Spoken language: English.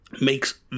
makes